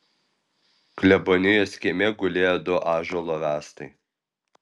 klebonijos kieme gulėjo du ąžuolo rąstai